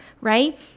right